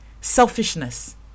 Selfishness